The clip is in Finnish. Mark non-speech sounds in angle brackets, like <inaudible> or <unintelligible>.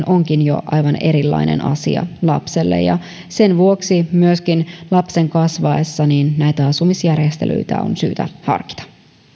<unintelligible> onkin jo aivan erilainen asia lapselle sen vuoksi myöskin lapsen kasvaessa näitä asumisjärjestelyitä on syytä harkita